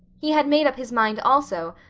he had made up his mind, also,